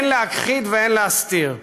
אין להכחיד ואין להסתיר: